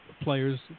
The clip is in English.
players